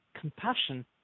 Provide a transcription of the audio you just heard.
compassion